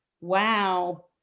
wow